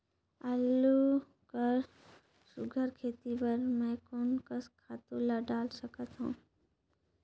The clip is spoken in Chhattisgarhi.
आलू कर सुघ्घर खेती बर मैं कोन कस खातु ला डाल सकत हाव?